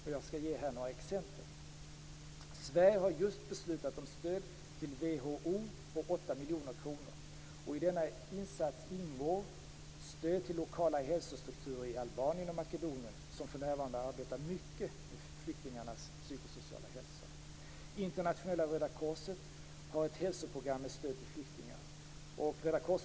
Jag kan här nämna några exempel: · Sverige har just beslutat om stöd till Världshälsoorganisationen på 8 miljoner kronor. I denna insats ingår stöd till lokala hälsostrukturer i Albanien och Makedonien som för närvarande arbetar mycket med flyktingars psykosociala hälsa. · Internationella Röda korset har ett hälsoprogram med stöd till flyktingar.